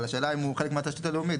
אבל השאלה אם הוא חלק מהתשתית הלאומית.